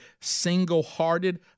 single-hearted